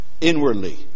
inwardly